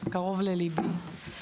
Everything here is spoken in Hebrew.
קרוב לליבי.